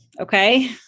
Okay